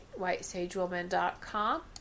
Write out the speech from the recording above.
whitesagewoman.com